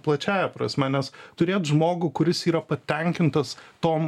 plačiąja prasme nes turėt žmogų kuris yra patenkintas tom